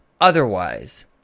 Otherwise